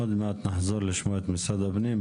עוד מעט נחזור לשמוע את משרד הפנים.